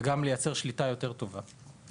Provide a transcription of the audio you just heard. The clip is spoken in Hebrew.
וגם לייצר שליטה יותר טובה.